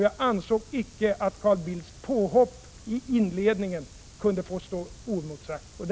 Jag ansåg icke att Carl Bildts påhopp i inledningen kunde få stå oemotsagt.